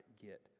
get